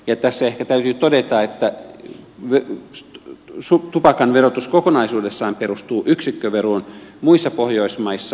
tässä ehkä täytyy todeta että tupakan verotus kokonaisuudessaan perustuu yksikköveroon muissa pohjoismaissa